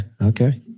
Okay